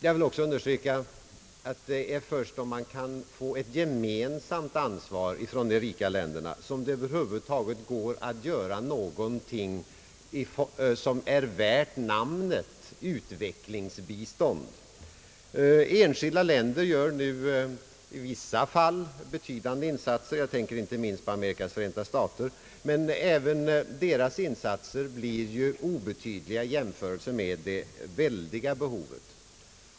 Jag vill också understryka att det är först om man kan få de rika länderna att ta ett gemensamt ansvar som det över huvud taget går att göra någonting som är värt namnet utvecklingsbistånd. Enskilda länder gör nu i vissa fall betydande insatser — jag tänker inte minst på Amerikas förenta stater. Men även deras insatser blir ju obetydliga i jämförelse med det väldiga behovet.